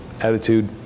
attitude